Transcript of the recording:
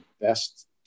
best